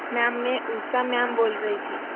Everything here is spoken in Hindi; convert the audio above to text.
मेम मैं ऊषा मेम बोल रही थी